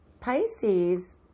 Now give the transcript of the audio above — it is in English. Pisces